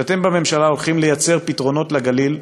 הולכים לייצר פתרונות לגליל,